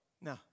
No